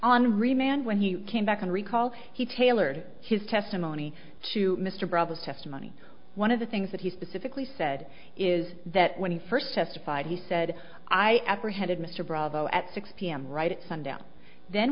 remand when he came back and recall he tailored his testimony to mr brothers testimony one of the things that he specifically said is that when he first testified he said i apprehended mr bravo at six pm right at sundown then